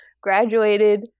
graduated